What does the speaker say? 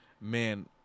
Man